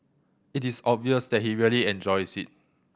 it is obvious that he really enjoys it